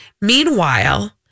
Meanwhile